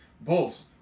bulls